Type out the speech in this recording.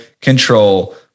control